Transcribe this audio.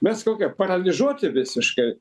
mes kokie paralyžuoti visiškai